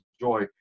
joy